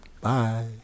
Bye